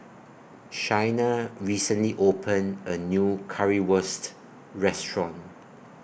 Shayna recently opened A New Currywurst Restaurant